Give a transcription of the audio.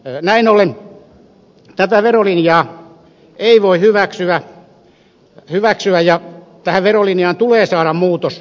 näin ollen tätä verolinjaa ei voi hyväksyä ja tähän verolinjaan tulee saada muutos